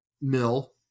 mill